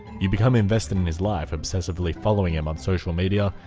you become invested in his life, obsessively following him on social media,